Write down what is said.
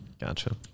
Gotcha